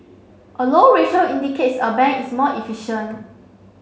a low ratio indicates a bank is more efficient